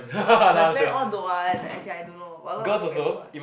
my friend all don't want as in I don't know but a lot of my friend don't want